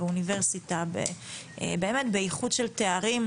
באוניברסיטה ובאמת באיחוד של תארים,